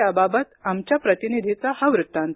त्याबाबत आमच्या प्रतिनिधीचा हा वृत्तांत